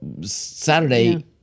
Saturday